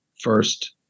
first